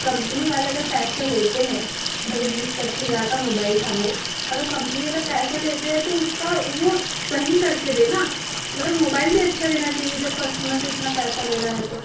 company वाले अगर पैसा लेते हैं भई बीस पच्चीस हजार का मोबाईल था वो अगर कम्पनी वाला पैसा लेते है तो उसका वो सहीं करके दे ना मतलब मोबाईल भी अच्छा देना चाहिए जब कस्टमर से इतना पैसा ले रहा है तो